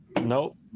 nope